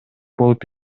болуп